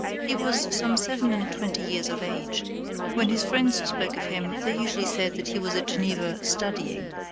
he was some seven-and-twenty years of age when his friends spoke of him, they usually said that he was at geneva studying.